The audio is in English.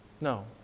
No